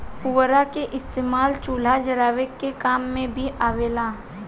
पुअरा के इस्तेमाल चूल्हा जरावे के काम मे भी आवेला